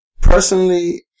personally